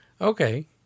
Okay